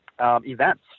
events